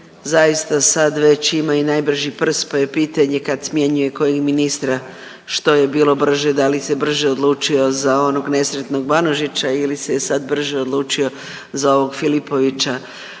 zaista sad već ima i najbrži prst pa je pitanje kad smjenjuje kojeg ministra što je bilo brže da li se brže odlučio za onog nesretnog Banožića ili se je sad brže odlučio za ovog Filipovića.